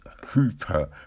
Hooper